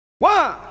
One